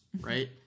right